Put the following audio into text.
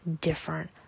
different